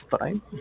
time